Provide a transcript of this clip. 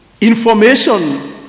information